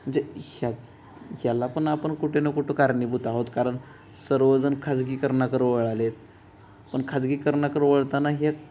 म्हणजे ह्या ह्याला पण आपण कुठे न कुठं कारणीभूत आहोत कारण सर्वजण खाजगीकरणाकडं वळले आहेत पण खाजगीकरणाकडं वळताना ह्या